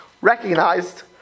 recognized